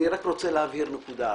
אני רק רוצה להבהיר נקודה אחת: